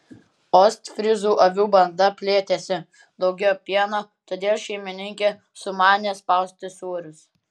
ostfryzų avių banda plėtėsi daugėjo pieno todėl šeimininkė sumanė spausti sūrius